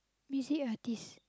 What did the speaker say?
music artist